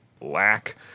lack